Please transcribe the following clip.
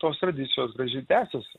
tos tradicijos graži tęsiasi